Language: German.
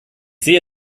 sehe